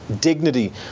dignity